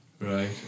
Right